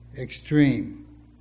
extreme